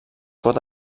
pot